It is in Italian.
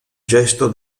gesto